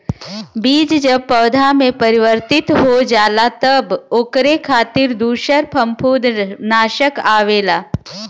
बीज जब पौधा में परिवर्तित हो जाला तब ओकरे खातिर दूसर फंफूदनाशक आवेला